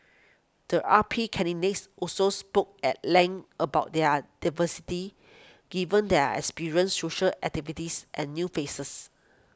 the R P candidates also spoke at length about their diversity given there are experienced social activists and new faces